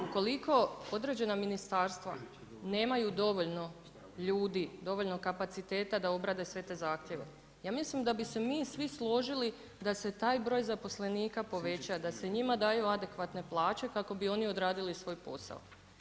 Ukoliko određena ministarstva nemaju dovoljno ljudi, dovoljno kapaciteta da obrade sve te zahtjeve, ja mislim da bi se mi svi složili da se taj broj zaposlenika poveća, da se njima daju adekvatne plaće kako bi oni odradili svoj posao.